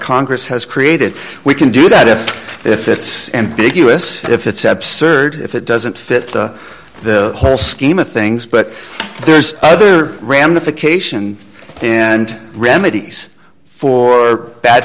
congress has created we can do that if if it's ambiguous if it's absurd if it doesn't fit the whole scheme of things but there's other ramification and remedies for bad